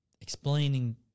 explaining